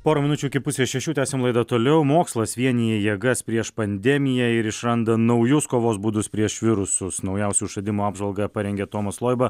pora minučių iki pusės šešių tęsiam laidą toliau mokslas vienija jėgas prieš pandemiją ir išranda naujus kovos būdus prieš virusus naujausių išradimų apžvalgą parengė tomas loiba